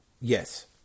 yes